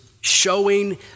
showing